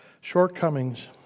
shortcomings